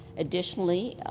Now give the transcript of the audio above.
additionally,